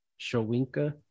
Shawinka